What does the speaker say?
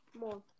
More